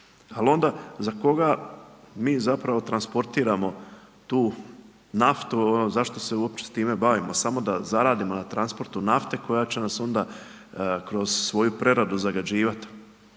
Ali onda, za koga mi zapravo transportiramo, tu naftu, ono zašto se uopće s time bavimo. Samo da zaradimo na transportu nafte, koja će nas onda, kroz svoju preradu zagađivati.